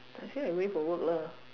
I say I going away for work lah